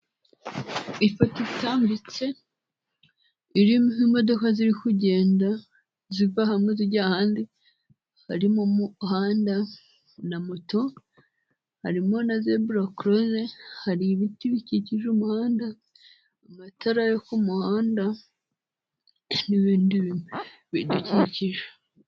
Ifoto itambitse, iriho imodoka ziri kugenda ziva hamwe zijya ahandi, harimo umuhanda na moto, harimo na zebura koroze, hari ibiti bikikije umuhanda, amatara yo ku muhanda n'ibindi bidukikije.